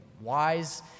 wise